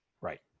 right